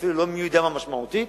ואפילו לא מי-יודע-מה משמעותית?